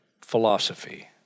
philosophy